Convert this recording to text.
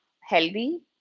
healthy